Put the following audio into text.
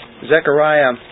Zechariah